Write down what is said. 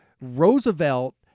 Roosevelt